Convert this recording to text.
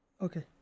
Okay